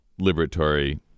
liberatory